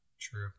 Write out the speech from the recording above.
True